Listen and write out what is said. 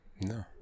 No